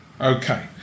Okay